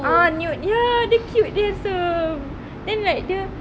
ah newt ya dia cute yes uh then like dia